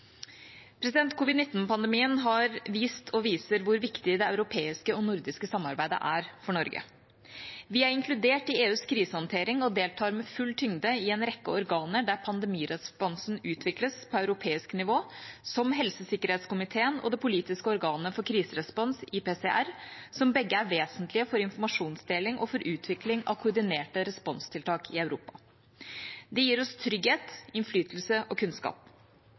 har vist og viser hvor viktig det europeiske og nordiske samarbeidet er for Norge. Vi er inkludert i EUs krisehåndtering og deltar med full tyngde i en rekke organer der pandemiresponsen utvikles på europeisk nivå, som helsesikkerhetskomiteen og det politiske organet for kriserespons, IPCR, som begge er vesentlige for informasjonsdeling og for utvikling av koordinerte responstiltak i Europa. Det gir oss trygghet, innflytelse og kunnskap.